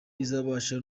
izabasha